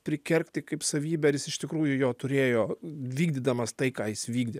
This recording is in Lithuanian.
prikergti kaip savybę ar jis iš tikrųjų jo turėjo vykdydamas tai ką jis vykdė